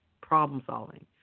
problem-solving